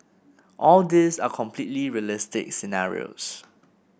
all these are completely realistic scenarios